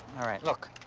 all right, look,